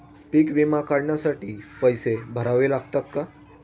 पीक विमा काढण्यासाठी पैसे भरावे लागतात का?